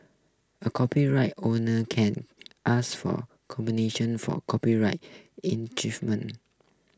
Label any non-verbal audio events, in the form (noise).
a copyright owner can ask for compensation for copyright (unintelligible)